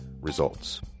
Results